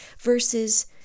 versus